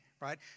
right